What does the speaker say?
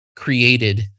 created